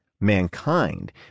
mankind